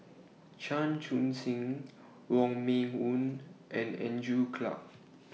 Chan Chun Sing Wong Meng Voon and Andrew Clarke